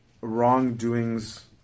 wrongdoings